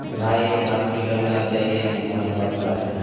कि भाई वो हॉस्पिटल में आप जाइए हम वहाँ दवा कराएँ हैं